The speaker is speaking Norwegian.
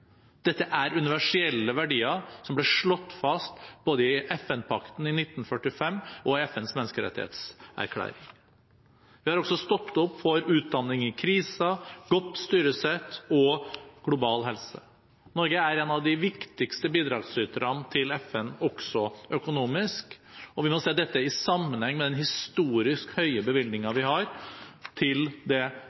Dette er universelle verdier som ble slått fast både i FN-pakten i 1945 og i FNs menneskerettighetserklæring. Vi har også stått opp for utdanning i kriser, godt styresett og global helse. Norge er en av de viktigste bidragsyterne til FN også økonomisk, og vi må se dette i sammenheng med den historisk høye bevilgningen vi har til det